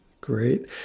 Great